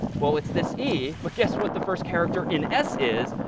well, it's this e. but guess what the first character in s is,